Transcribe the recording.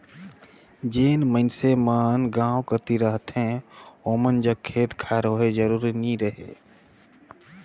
जेन मइनसे मन गाँव कती रहथें ओमन जग खेत खाएर होए जरूरी नी रहें